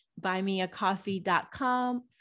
Buymeacoffee.com